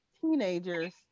teenagers